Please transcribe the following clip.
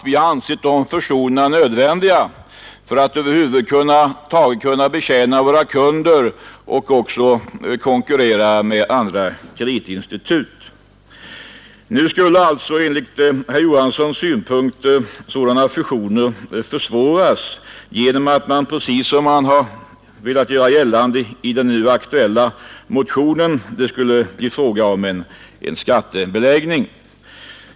Vi har ansett de fusionerna nödvändiga för att över huvud taget kunna betjäna våra kunder och för att kunna konkurrera med andra kreditinstitut. Nu skulle alltså enligt herr Johanssons synpunkter sådana fusioner försvåras genom att, precis som man velat göra gällande i den nu aktuella motionen, det skulle bli fråga om en skattebeläggning.